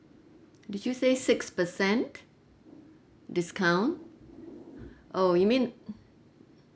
did you say six percent discount oh you mean uh